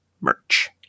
merch